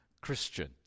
Christian